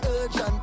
urgent